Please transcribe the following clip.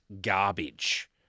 garbage